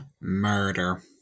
murder